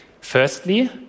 Firstly